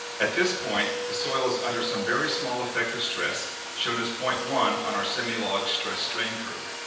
at this point the soil is under some very small effective stress shown as point one on our semi-log stress-strain curve.